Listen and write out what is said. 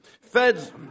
Fed's